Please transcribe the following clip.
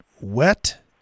wet